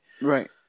Right